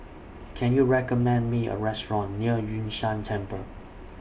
Can YOU recommend Me A Restaurant near Yun Shan Temple